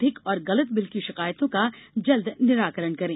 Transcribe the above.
अधिक और गलत बिल की शिकायतों का जल्द निराकरण करें